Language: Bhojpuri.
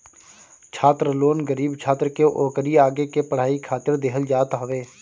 छात्र लोन गरीब छात्र के ओकरी आगे के पढ़ाई खातिर देहल जात हवे